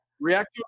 react